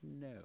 No